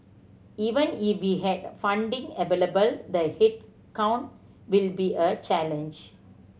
even if we had funding available the head count will be a challenge